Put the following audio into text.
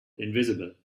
invisible